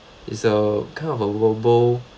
it's a kind of a robo